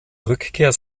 rückkehr